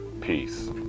Peace